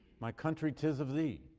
my country tis of thee,